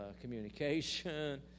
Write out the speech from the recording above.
communication